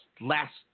Last